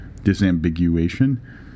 disambiguation